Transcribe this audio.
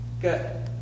Good